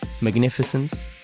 Magnificence